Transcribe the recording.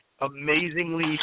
amazingly